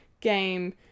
game